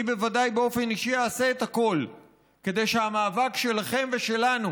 אני בוודאי באופן אישי אעשה את הכול כדי שהמאבק שלכם ושלנו